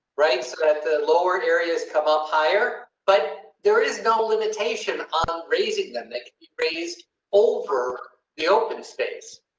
right. so, at the lower areas, come up higher, but there is no limitation on raising them. they can be raised over the open space.